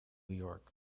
york